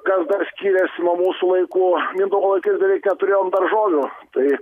kas dar skyrėsi nuo mūsų laikų mindaugo laikais beveik neturėjom daržovių tai